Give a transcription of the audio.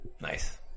Nice